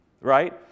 right